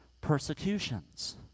persecutions